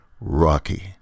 Rocky